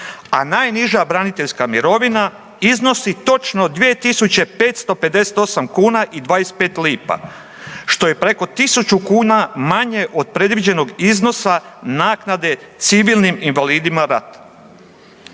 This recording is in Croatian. a najniža braniteljska mirovina iznosi točno 2558 kuna i 25 lipa što je preko 1000 kuna manje od predviđenog iznosa naknade civilnim invalidima rata.